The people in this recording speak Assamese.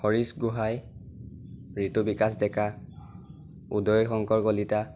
হৰিশ গোহাঁই ঋতু বিকাশ ডেকা উদয় শংকৰ কলিতা